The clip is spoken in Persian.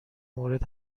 مورد